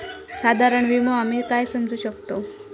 साधारण विमो आम्ही काय समजू शकतव?